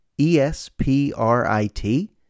E-S-P-R-I-T